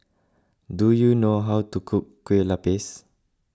do you know how to cook Kueh Lapis